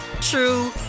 true